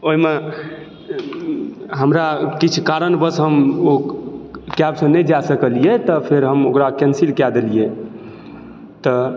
ओहिमे हमरा किछु कारणवश हम ओ कैबसँ नहि जा सकलिऐ हँ तऽ हम ओकरा कैंसिल कऽ देलिए तऽ